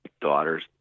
daughters